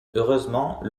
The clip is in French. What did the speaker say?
heureusement